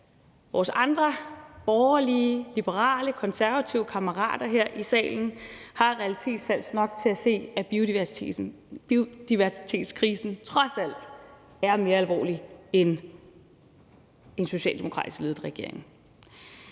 vores andre borgerlige, liberale, konservative kammerater her i salen har realitetssans nok til at se, at biodiversitetskrisen trods alt er mere alvorlig end en socialdemokratisk ledet regering.